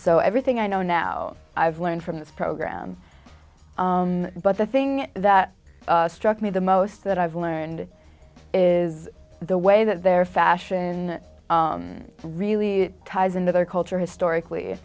so everything i know now i've learned from this program but the thing that struck me the most that i've learned and it is the way that their fashion really ties into their culture historically